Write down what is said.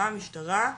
מה המשטרה,